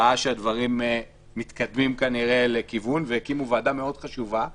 ראה שהדברים מתכווננים כנראה לכיוון הזה והקים ועדה חשובה מאוד,